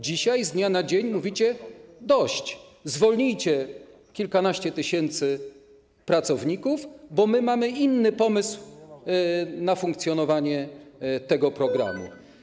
Dzisiaj z dnia na dzień mówicie: dość, zwolnijcie kilkanaście tysięcy pracowników, bo my mamy inny pomysł na funkcjonowanie tego programu.